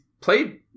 played